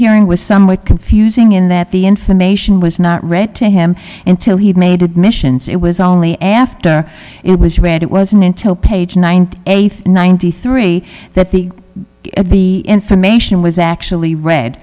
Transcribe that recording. hearing was somewhat confusing in that the information was not read to him until he'd made admissions it was only after it was read it wasn't until page ninety eight ninety three that the of the information was actually read